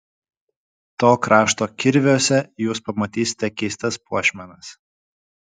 to krašto kirviuose jūs pamatysite keistas puošmenas